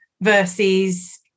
versus